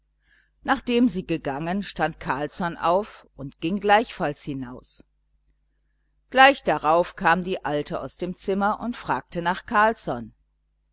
nachdem sie gegangen stand carlsson auf und ging gleichfalls hinaus gleich darauf kam die alte aus dem zimmer und fragte nach carlsson